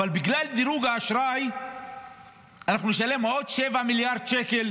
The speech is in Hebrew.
אבל בגלל דירוג האשראי אנחנו נשלם עוד 7 מיליארד שקל